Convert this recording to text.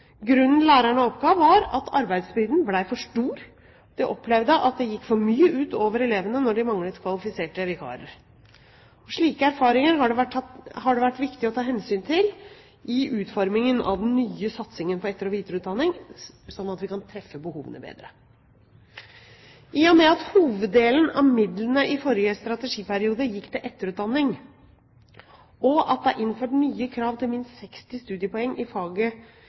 Grunnen lærerne oppga, var at arbeidsbyrden ble for stor, og de opplevde at det gikk for mye ut over elevene når de manglet kvalifiserte vikarer. Slike erfaringer har det vært viktig å ta hensyn til i utformingen av den nye satsingen på etter- og videreutdanning, slik at vi kan treffe behovene bedre. I og med at hoveddelen av midlene i forrige strategiperiode gikk til etterutdanning, og at det er innført nye krav til minst 60 studiepoeng i faget